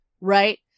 right